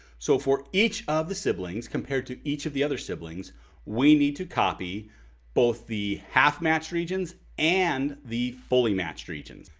so for each of the siblings compared to each of the other siblings we need to copy both the half-match regions and the fully matched regions.